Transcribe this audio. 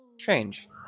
Strange